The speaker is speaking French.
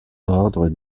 ordre